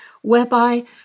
whereby